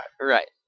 Right